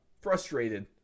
frustrated